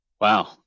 Wow